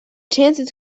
chances